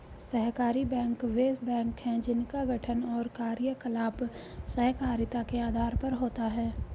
सहकारी बैंक वे बैंक हैं जिनका गठन और कार्यकलाप सहकारिता के आधार पर होता है